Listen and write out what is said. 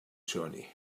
journey